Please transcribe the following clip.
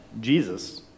Jesus